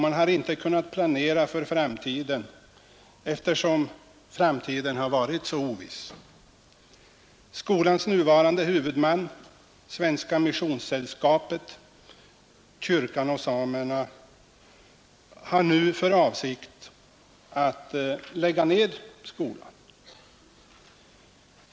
Man har inte kunnat planera för framtiden, eftersom framtiden har varit så oviss. Skolans nuvarande huvudman, Svenska missionssällskapet, kyrkan och samerna har nu för avsikt att lägga ned skolan.